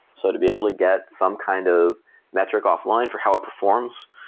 so to be able to get some kind of metric offline for how it performs.